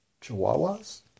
Chihuahuas